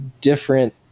different